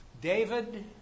David